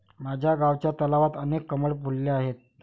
माझ्या गावच्या तलावात अनेक कमळ फुलले आहेत